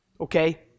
Okay